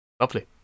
Lovely